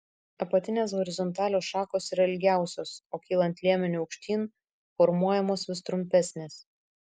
apatinės horizontalios šakos yra ilgiausios o kylant liemeniu aukštyn formuojamos vis trumpesnės